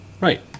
Right